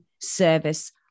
service